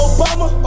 Obama